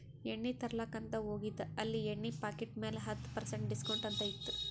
ಎಣ್ಣಿ ತರ್ಲಾಕ್ ಅಂತ್ ಹೋಗಿದ ಅಲ್ಲಿ ಎಣ್ಣಿ ಪಾಕಿಟ್ ಮ್ಯಾಲ ಹತ್ತ್ ಪರ್ಸೆಂಟ್ ಡಿಸ್ಕೌಂಟ್ ಅಂತ್ ಇತ್ತು